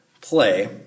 play